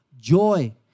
joy